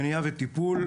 מניעה וטיפול.